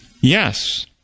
Yes